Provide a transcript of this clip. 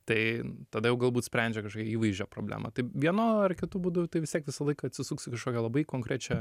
tai tada jau galbūt sprendžia įvaizdžio problemą tai vienu ar kitu būdu tai vis tiek visą laiką atsisuks į kažkokią labai konkrečią